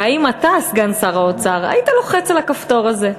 והאם אתה, סגן שר האוצר, היית לוחץ על הכפתור הזה?